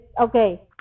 okay